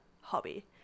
hobby